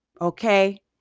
Okay